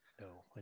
No